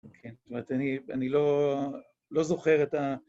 כן, זאת אומרת, אני לא זוכר את ה...